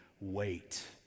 wait